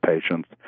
patients